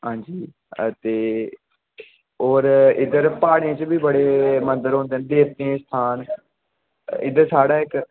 हां जी ते इद्धर प्हाड़ें च बी बड़े मंदर होंदे न देवतें दे स्थान इद्धर साढ़े इक